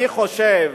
אני חושב,